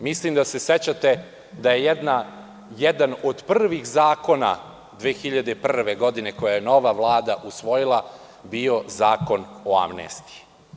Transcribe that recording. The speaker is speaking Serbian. Mislim da se sećate da je jedan od prvih zakona 2001. godine koje je nova Vlada usvojila, bila Zakon o amnestiji.